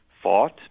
fought